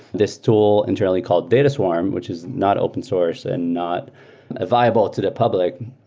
this tool internally called data swarm, which is not open source and not ah viable to the public,